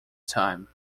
time